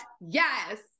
Yes